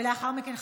ולאחר מכן,